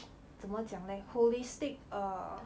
怎么讲来 holistic err